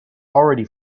already